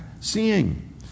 seeing